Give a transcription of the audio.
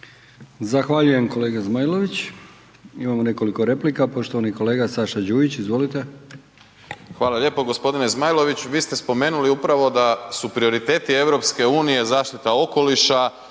Zahvaljujem kolega Zmajlović. Imamo nekoliko replika, poštovani kolega Saša Đujić, izvolite. **Đujić, Saša (SDP)** Hvala lijepo. G. Zmajlović, vi ste spomenuli upravo da su prioriteti EU-a zaštita okoliša